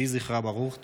יהי זכרה ברוך.